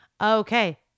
Okay